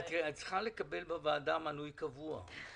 את צריכה לקבל בוועדה מנוי קבוע...